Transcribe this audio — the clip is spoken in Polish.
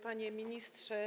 Panie Ministrze!